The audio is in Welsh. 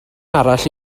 arall